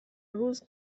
روز